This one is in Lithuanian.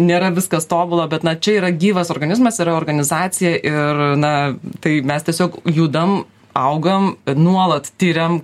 nėra viskas tobula bet na čia yra gyvas organizmas yra organizacija ir na tai mes tiesiog judam augam nuolat tiriam